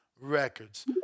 records